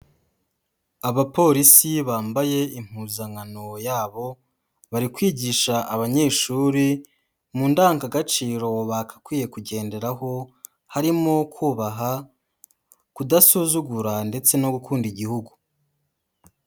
Abapolisi bambaye impuzankano yabo bari kwigisha abanyeshuri mu ndangagaciro bagakwiye kugenderaho, harimo kubaha, kudasuzugura ndetse no gukunda Igihugu.